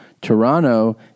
Toronto